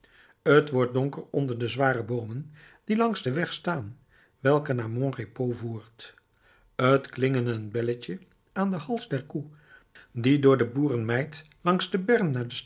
t wordt donker onder de zware boomen die langs den weg staan welke naar mon repos voert t klingelend belletje aan den hals der koe die door de boerenmeid langs den